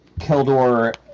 Keldor